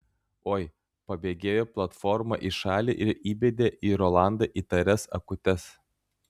oi pabėgėjo platforma į šalį ir įbedė į rolandą įtarias akutes